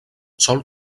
sol